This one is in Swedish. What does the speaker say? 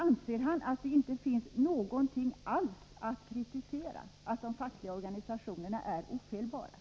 Anser Lars Ulander att det inte finns någonting alls att kritisera; anser Lars Ulander att de fackliga organisationerna är ofelbara?